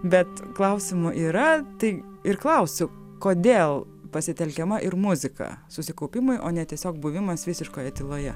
bet klausimų yra tai ir klausiu kodėl pasitelkiama ir muzika susikaupimui o ne tiesiog buvimas visiškoje tyloje